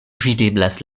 videblas